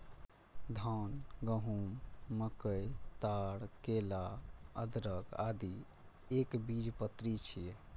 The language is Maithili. धान, गहूम, मकई, ताड़, केला, अदरक, आदि एकबीजपत्री छियै